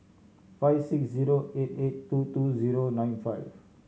five six zero eight eight two two zero nine five